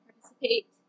participate